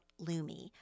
Lumi